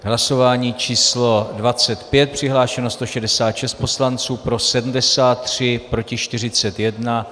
Hlasování číslo 25, přihlášeno 166 poslanců, pro 73, proti 41.